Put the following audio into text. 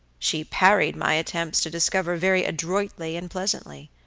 she parried my attempts to discover very adroitly and pleasantly.